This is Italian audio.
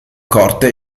corte